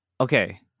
Okay